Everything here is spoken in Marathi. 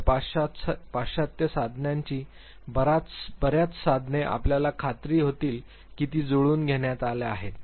तर पाश्चात्य साधनांची बर्याच साधने आपल्याला खात्री होतील की ती जुळवून घेण्यात आल्या आहेत